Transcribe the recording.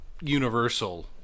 universal